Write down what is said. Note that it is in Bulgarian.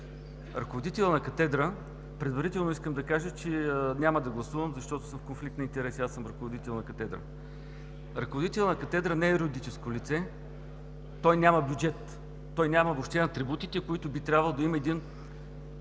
ръководна длъжност ли е? Предварително искам да кажа, че няма да гласувам, защото съм в конфликт на интереси – аз съм ръководител на катедра. Ръководителят на катедра не е юридическо лице, той няма бюджет, той няма въобще атрибутите, които би трябвало да има един